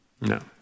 No